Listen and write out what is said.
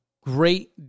great